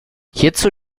hierzu